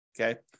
Okay